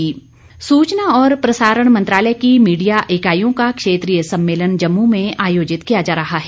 सुचना प्रसारण सूचना और प्रसारण मंत्रालय की मीडिया इकाइयों का क्षेत्रीय सम्मेलन जम्मू में आयोजित किया जा रहा है